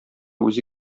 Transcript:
үзе